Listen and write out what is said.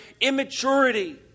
immaturity